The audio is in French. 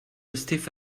restaient